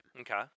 Okay